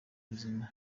bizima